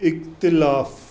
इख़्तिलाफ़ु